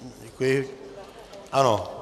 Děkuji, ano.